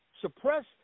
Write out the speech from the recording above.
suppress